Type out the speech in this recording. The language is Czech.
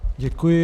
Děkuji.